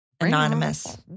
Anonymous